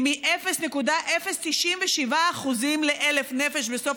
היא מ-0.093 מיטות ל-1,000 נפש בסוף